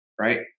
Right